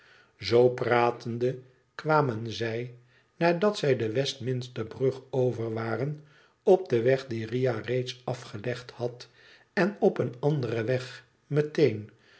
zoo pratende kwamen zij nadat zij de westminster brug over waren op den weg dien riah reeds afgelegd had en op een anderen weg meteen